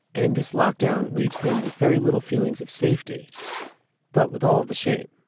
and this lockdown leaves them with very little feelings of safety but with all of the shame.